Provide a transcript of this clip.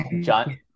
John